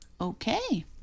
Okay